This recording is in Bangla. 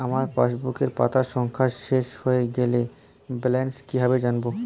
আমার পাসবুকের পাতা সংখ্যা শেষ হয়ে গেলে ব্যালেন্স কীভাবে জানব?